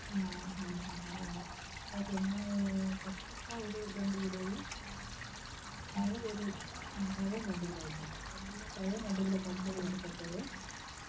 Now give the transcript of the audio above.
ആ ഹാ ഹാ ഹാ അതും ഉണ്ട് ഓക്കേ എന്നാൽ പച്ച ക്കാ ഒരു രണ്ട് കിലോയും പഴം ഒരു പഴവും രണ്ട് കിലോ എടുത്തോ രണ്ട് കിലോ പഴവും രണ്ട് കിലോ പച്ചയും എടുത്തേക്ക്